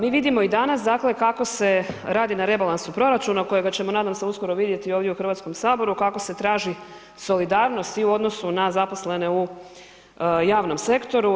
Mi vidimo i danas dakle kako se radi na rebalansu proračuna kojega ćemo nadam se uskoro vidjeti ovdje u Hrvatskom saboru kako se traži solidarnost i u odnosu na zaposlene u javnom sektoru.